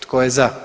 Tko je za?